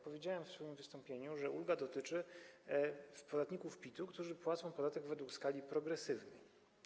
Powiedziałem w swoim wystąpieniu, że ulga dotyczy podatników PIT, którzy płacą podatek według skali progresywnej.